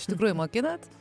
iš tikrųjų mokinat